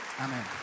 Amen